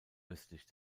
östlich